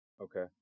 Okay